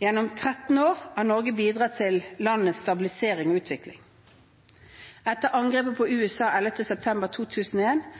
Gjennom 13 år har Norge bidratt til landets stabilisering og utvikling. Etter angrepet på USA 11. september